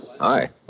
Hi